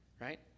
right